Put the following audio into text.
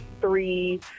three